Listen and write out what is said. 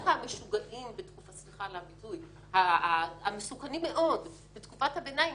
שדווקא המשוגעים סליחה על הביטוי המסוכנים מאוד בתקופת הביניים